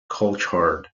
coulthard